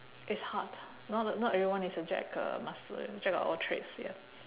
it's hard not not everyone is a jack uh master jack of all trades ya